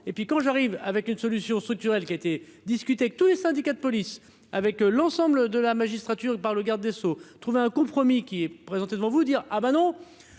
et puis quand j'arrive avec une solution structurelle qui a été discuté avec tous les syndicats de police, avec l'ensemble de la magistrature par le garde des Sceaux, trouver un compromis qui est présenté devant vous dire : ah ben non